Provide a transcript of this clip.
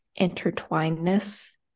intertwinedness